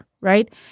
Right